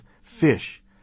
Fish